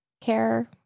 care